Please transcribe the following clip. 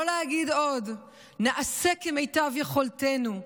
לא להגיד עוד: נעשה כמיטב יכולתנו,